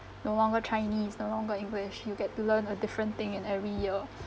no longer chinese no longer english you get to learn a different thing in every year